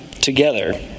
together